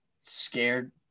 scared